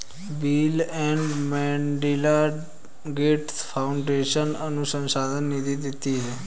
bill and Melinda Gates Foundation अनुसंधान निधि देती है